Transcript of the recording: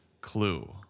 clue